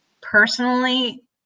personally